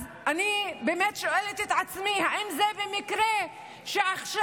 אז אני באמת שואלת את עצמי אם במקרה עכשיו